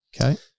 Okay